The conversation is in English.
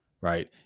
right